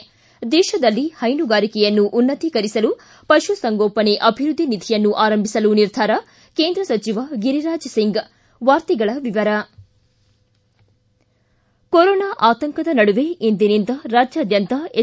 ಿ ದೇಶದಲ್ಲಿ ಹೈನುಗಾರಿಕೆಯನ್ನು ಉನ್ನತ್ತೀಕರಿಸಲು ಪಶುಸಂಗೋಪನೆ ಅಭಿವೃದ್ದಿ ನಿಧಿಯನ್ನು ಆರಂಭಿಸಲು ನಿರ್ಧಾರ ಕೇಂದ್ರ ಸಚಿವ ಗಿರಿರಾಜ್ ಸಿಂಗ್ ವಾರ್ತೆಗಳ ವಿವರ ಕೊರೋನಾ ಆತಂಕದ ನಡುವೆ ಇಂದಿನಿಂದ ರಾಜ್ಯಾದ್ಯಂತ ಎಸ್